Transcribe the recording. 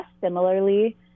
similarly